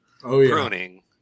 pruning